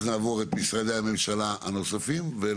ואז נעבור למשרדי הממשלה הנוספים וגם